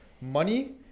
Money